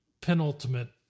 penultimate